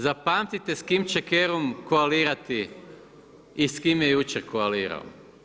Zapamtite s kim će Kerum koalirati i s kime je jučer koalirao.